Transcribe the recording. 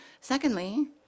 Secondly